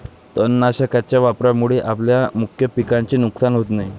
तणनाशकाच्या वापरामुळे आपल्या मुख्य पिकाचे नुकसान होत नाही